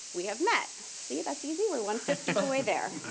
we have met. see, that's easy. we're one fifth of the way there.